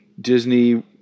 Disney